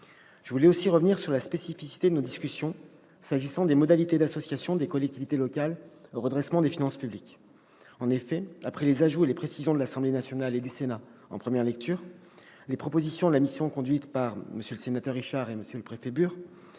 Je voulais aussi revenir sur la spécificité de nos discussions s'agissant des modalités d'association des collectivités territoriales au redressement des finances publiques. En effet, après les ajouts et les précisions de l'Assemblée nationale et du Sénat en première lecture, les propositions de la mission conduite par votre collègue Alain Richard et le préfet